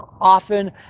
often